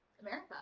America